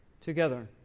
together